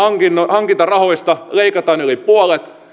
hankintarahoista leikataan yli puolet